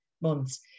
months